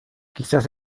quizás